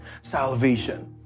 salvation